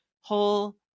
whole